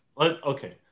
Okay